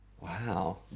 Wow